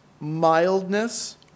mildness